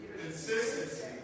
Consistency